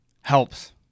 helps